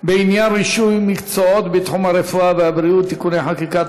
בעניין רישוי מקצועות בתחום הרפואה והבריאות (תיקוני חקיקה),